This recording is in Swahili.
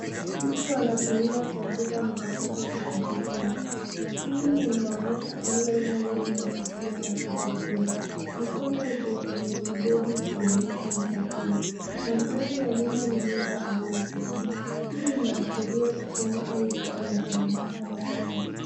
Mtu anatumia kompyuta mpakato kwa kujifunza. Skrini inayoonyesha Online Learning na kofia ya kuhitimu. Mikono iko kwenye kibodi ikionyesha umakini. Mandhari ya nyuma ni nyumba au ofisi. Hii inaashiria kusoma au kufanya kazi mtandaoni.